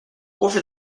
over